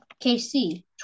KC